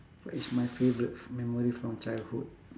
what is my favourite f~ memory from childhood